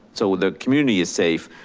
so the community is safe.